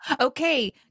okay